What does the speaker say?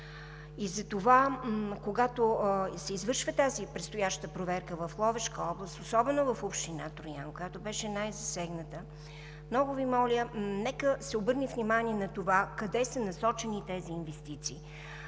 Затова, когато се извършва тази предстояща проверка в Ловешка област, особено в община Троян, която беше най-засегната, много Ви моля, нека да се обърне внимание на това къде са насочени тези инвестиции.